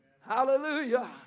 Hallelujah